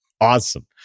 Awesome